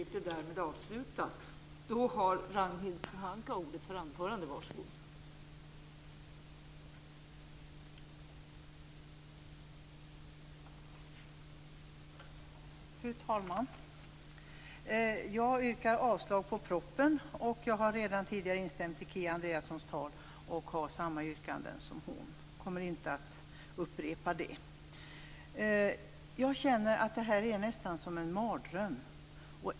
Fru talman! Jag yrkar avslag på propositionen. Jag har redan tidigare instämt i Kia Andreassons tal och har samma yrkanden som hon. Jag kommer inte att upprepa det. Jag känner att det här nästan är som en mardröm.